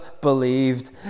believed